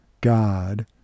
God